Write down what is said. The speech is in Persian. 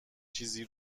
چیزی